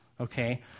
okay